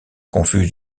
confuse